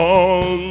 on